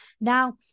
Now